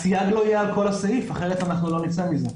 הסייג לא יהיה על כל הסעיף, אחרת לא נצא מזה.